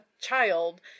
child